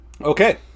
Okay